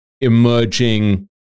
emerging